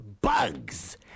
Bugs